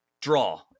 draw